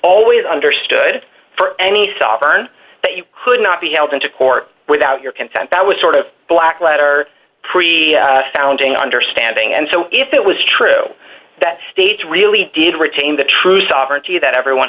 always understood for any thought on that you could not be held into court without your content that would sort of black letter pre founding understanding and so if it was true that states really did retain the true sovereignty that everyone